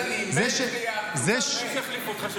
אני מדבר על אחדות.